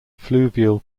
fluvial